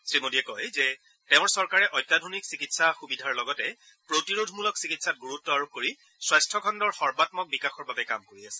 শ্ৰীমোদীয়ে কয় যে তেওঁৰ চৰকাৰে অত্যাধুনিক চিকিৎসা সুবিধাৰ লগতে প্ৰতিৰোধমূলক চিকিৎসাত ণুৰুত্ব আৰোপ কৰি স্বাস্থ্য খণ্ডৰ সৰ্বামক বিকাশৰ বাবে কাম কৰি আছে